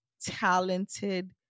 talented